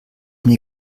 mir